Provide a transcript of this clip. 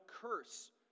curse